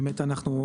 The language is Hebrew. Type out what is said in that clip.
באמת אנחנו,